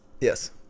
Yes